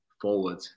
forward